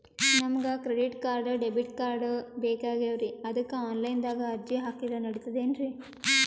ನಮಗ credit card, debit card ಬೇಕಾಗ್ಯಾವ್ರೀ ಅದಕ್ಕ ಆನಲೈನದಾಗ ಅರ್ಜಿ ಹಾಕಿದ್ರ ನಡಿತದೇನ್ರಿ?